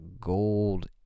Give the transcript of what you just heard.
gold